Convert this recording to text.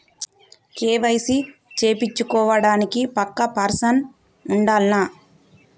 KYC చేపిచ్చుకోవడానికి పక్కా person ఉండాల్నా?